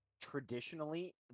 traditionally